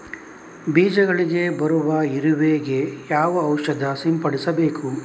ಬೀಜಗಳಿಗೆ ಬರುವ ಇರುವೆ ಗೆ ಯಾವ ಔಷಧ ಸಿಂಪಡಿಸಬೇಕು?